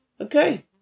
Okay